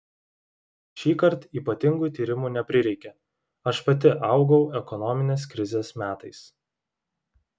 šįkart ypatingų tyrimų neprireikė aš pati augau ekonominės krizės metais